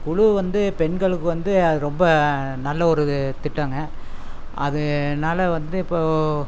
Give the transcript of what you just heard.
குழு வந்து பெண்களுக்கு வந்து அது ரொம்ப நல்ல ஒரு திட்டம்ங்க அதனால வந்து இப்போது